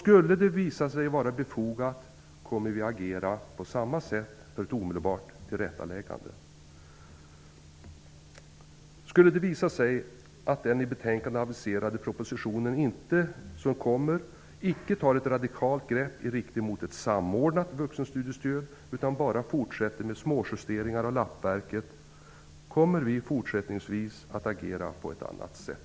Skulle det visa sig att vara befogat, kommer vi att agera på samma sätt som tidigare för ett omedelbart tillrättaläggande. Skulle det visa sig att man i den i betänkandet nämnda propositionen inte tar ett radikalt grepp i riktning mot ett samordnat vuxenstudiestöd, utan bara fortsätter med småjusteringar av lappverket, kommer vi fortsättningsvis att agera på ett annat sätt.